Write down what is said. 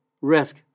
risk